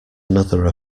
another